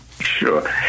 Sure